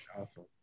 Awesome